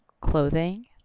clothing